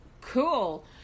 Cool